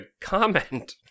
comment